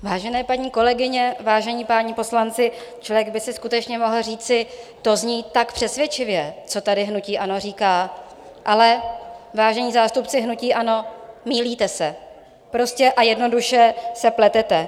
Vážené paní kolegyně, vážení páni poslanci, člověk by si skutečně mohl říci to zní tak přesvědčivě, co tady hnutí ANO říká, ale vážení zástupci hnutí ANO, mýlíte se, prostě a jednoduše se pletete.